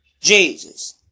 Jesus